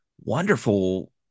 wonderful